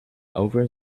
over